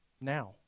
now